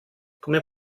come